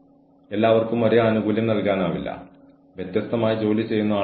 രാത്രി 8 9 10 വരെ ഓഫീസുകളിൽ ഇരിക്കണമെന്ന് ആരും ഞങ്ങളോട് പറയുന്നില്ല